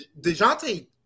DeJounte